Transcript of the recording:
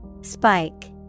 Spike